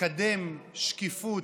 לקדם שקיפות,